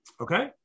Okay